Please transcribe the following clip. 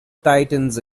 titans